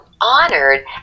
honored